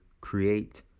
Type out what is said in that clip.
create